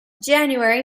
january